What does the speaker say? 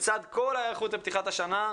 בצד כל ההיערכות לפתיחת השנה,